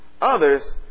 Others